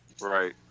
Right